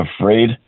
afraid